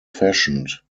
fashioned